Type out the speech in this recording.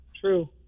True